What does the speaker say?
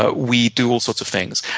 ah we do all sorts of things.